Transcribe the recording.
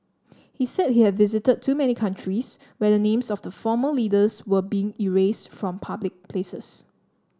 he said he had visited too many countries where the names of the former leaders were being erased from public places